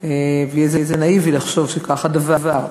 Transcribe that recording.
ויהיה זה נאיבי לחשוב שכך הדבר.